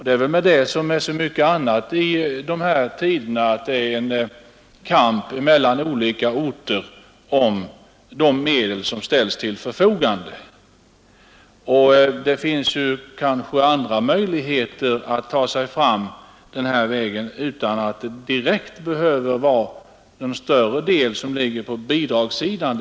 Det är med detta som med så mycket annat i dessa tider, att det blir en kamp mellan olika orter om de medel som ställs till förfogande. Det finns kanske andra möjligheter att ta sig fram utan att fullt ut behöva anlita bidragssidan.